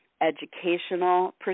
educational